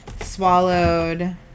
swallowed